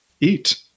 Eat